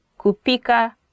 kupika